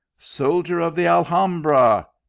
soldier of the alhambra,